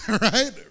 right